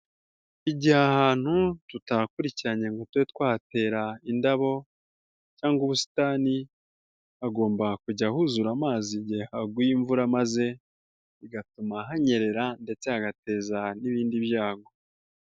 Igihe ahantu tutahakurikiranye ngo tube twahatera indabo cyangwa ubusitani ,hagomba kujya huzura amazi igihe haguye imvura, maze bigatuma hanyerera ndetse hagateza n'ibindi byago.